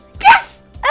Yes